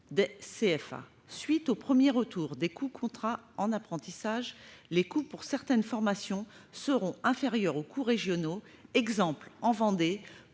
les CFA. À la suite des premiers retours des coûts contrats en apprentissage, les coûts pour certaines formations seront inférieurs aux coûts régionaux. Par exemple, en Vendée,